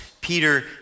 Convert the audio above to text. Peter